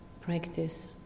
practice